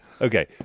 Okay